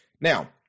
Now